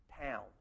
town